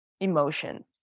emotion